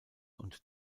und